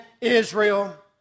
Israel